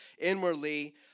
inwardly